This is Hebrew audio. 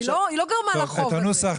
היא לא גרמה לחוב הזה.